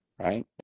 Right